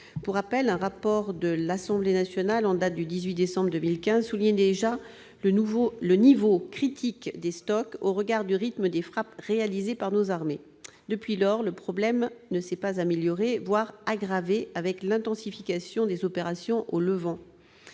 Pour rappel, un rapport de l'Assemblée nationale en date du 16 décembre 2015 soulignait déjà le niveau critique des stocks au regard du rythme des frappes réalisées par nos armées. Depuis lors, la situation ne s'est pas améliorée ; elle s'est même aggravée, avec l'intensification des opérations au Levant.